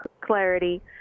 clarity